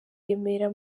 remera